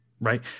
right